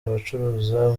abacuruza